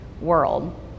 world